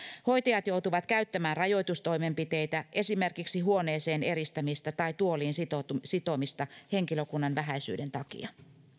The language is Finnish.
hoitajat joutuvat käyttämään rajoitustoimenpiteitä esimerkiksi huoneeseen eristämistä tai tuoliin sitomista sitomista henkilökunnan vähäisyyden takia